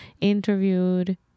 interviewed